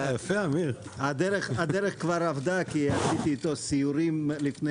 הדרך כבר עבדה כי עשיתי איתו סיורים לפני